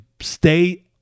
stay